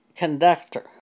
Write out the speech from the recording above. conductor